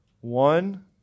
One